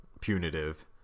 punitive